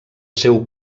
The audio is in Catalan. seu